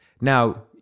Now